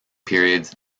periods